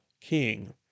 king